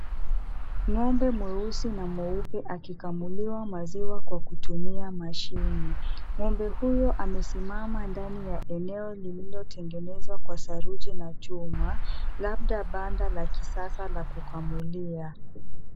Ng'ombe mweusi na mweupe akikamuliwa maziwa kwa kutumia mashine. Ng'ombe huyo amesimama ndani ya eneo lililotengenezwa kwa saruji na chuma, labda banda la kisasa la kukamulia.